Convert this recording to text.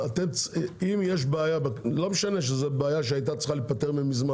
דרך אגב, נכון להיום חלק מהכבישים גם נפתחו.